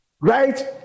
Right